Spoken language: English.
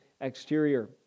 exterior